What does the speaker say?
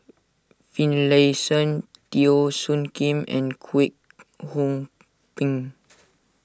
Finlayson Teo Soon Kim and Kwek Hong Png